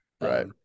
Right